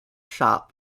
shop